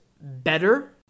better